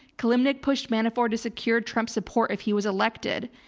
kilimnik pushed manafort to secure trump's support if he was elected.